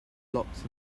blocks